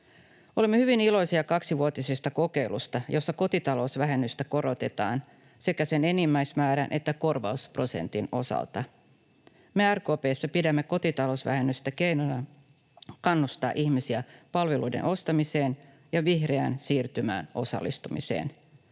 Olemme hyvin iloisia kaksivuotisesta kokeilusta, jossa kotitalousvähennystä korotetaan sekä sen enimmäismäärän että korvausprosentin osalta. Me RKP:ssä pidämme kotitalousvähennystä keinona kannustaa ihmisiä palveluiden ostamiseen ja vihreään siirtymään osallistumiseen.